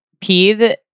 peed